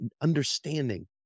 understanding